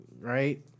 Right